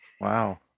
Wow